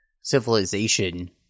civilization